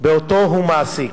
שהוא מעסיק.